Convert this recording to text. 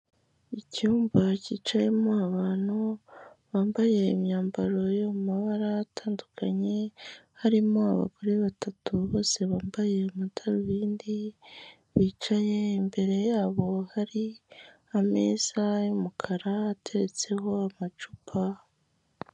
Icyumba cyicayemo abantu, bambaye imyambaro yo mu mabara atandukanye, harimo abagore batatu bose bambaye amadarubindi, bicaye imbere yabo hari ameza y'umukara ateretseho amacupa.